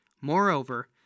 Moreover